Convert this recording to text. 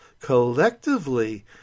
collectively